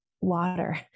water